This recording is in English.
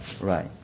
right